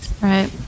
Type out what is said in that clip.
right